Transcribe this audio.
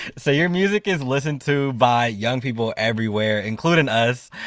so your music is listened to by young people everywhere, including us.